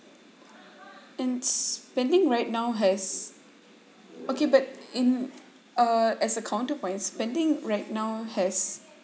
and spending right now has okay but in err as a counterpoint spending right now has